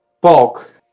Bulk